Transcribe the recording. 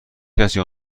کسی